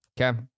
okay